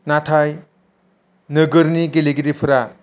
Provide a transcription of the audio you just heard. नाथाय नोगोरनि गेलेगिरिफोरा